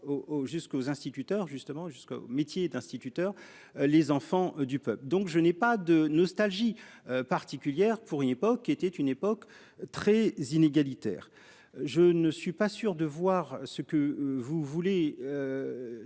jusqu'aux instituteurs justement jusqu'au métier d'instituteur. Les enfants du peuple. Donc je n'ai pas de nostalgie particulière pour une époque qui était une époque très inégalitaire. Je ne suis pas sûr de voir ce que vous voulez.